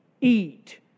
eat